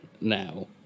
now